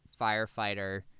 firefighter